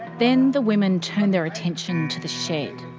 then, the women turned their attention to the shed.